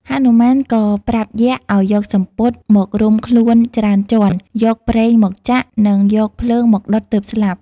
ហនុមានក៏ប្រាប់យក្ស ឱ្យយកសំពត់ មករុំខ្លួនច្រើនជាន់ យកប្រេងមកចាក់ និងយកភ្លើងមកដុតទើបស្លាប់។